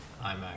iMac